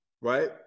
right